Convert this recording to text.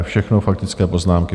Všechno faktické poznámky.